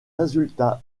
résultats